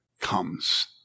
comes